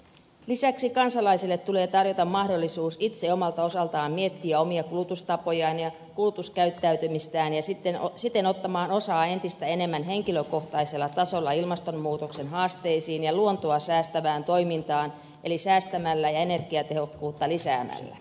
lisäksi kansalaisille tulee tarjota mahdollisuus itse omalta osaltaan miettiä omia kulutustapojaan ja kulutuskäyttäytymistään ja siten ottaa osaa entistä enemmän henkilökohtaisella tasolla ilmastonmuutoksen haasteisiin ja luontoa säästävään toimintaan eli säästämällä ja energiatehokkuutta lisäämällä